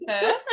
first